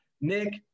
Nick